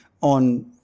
on